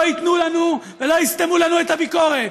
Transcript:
לא ייתנו לנו ולא יסתמו לנו את הביקורת.